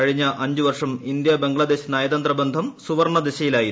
കഴിഞ്ഞ അഞ്ചുവർഷം ഇന്ത്യ ബംഗ്ലാദേശ് നയതന്ത്രബന്ധം സുവർണ ദിശയിലായിരുന്നു